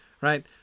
right